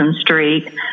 street